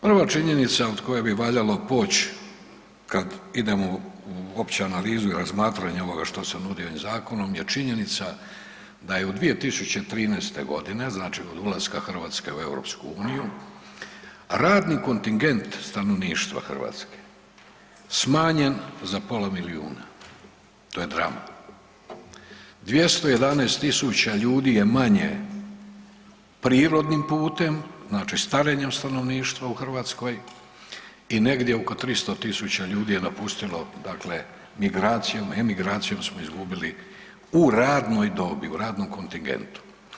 Prva činjenica od koje bi valjalo poć kad idemo u opću analizu i razmatranje ovoga što se nudi ovim zakonom je činjenica da je u 2013.g., znači od ulaske Hrvatske u EU radni kontingent stanovništva Hrvatske smanjen za pola milijuna, to je drama, 211 000 ljudi je manje prirodnim putem, znači starenjem stanovništva u Hrvatskoj i negdje oko 300 000 ljudi je napustilo dakle migracijom, emigracijom smo izgubili u radnoj dobi, u radnom kontingentu.